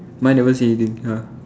mine never say anything ah